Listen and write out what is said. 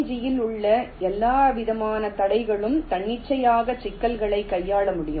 G யில் உள்ள எந்தவிதமான தடைகளுடனும் தன்னிச்சையான சிக்கல்களைக் கையாள முடியும்